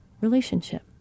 relationship